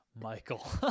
michael